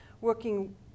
working